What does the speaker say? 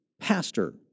pastor